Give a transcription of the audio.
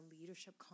leadership